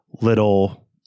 little